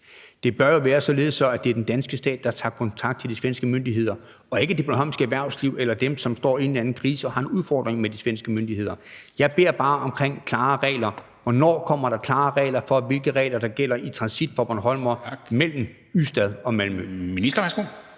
Det bør jo være således, at det er den danske stat, der tager kontakt til de svenske myndigheder, og ikke det bornholmske erhvervsliv eller dem, som står i en eller anden krise og har en udfordring med de svenske myndigheder. Jeg beder bare om klare regler. Hvornår kommer der klare regler for, hvad der gælder for bornholmere i transit mellem Ystad og Malmø?